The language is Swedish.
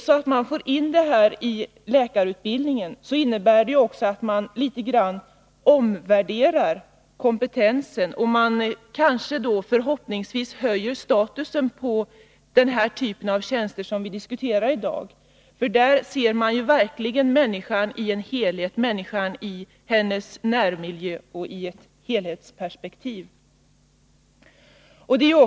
Får man in det i läkarutbildningen omvärderar man också litet grand kompetensen. Därmed kanske förhoppningsvis statusen på den typ av tjänster vi i dag diskuterar höjs — där ser man verkligen människan som en helhet, människan i hennes närmiljö och i helhetsperspektiv.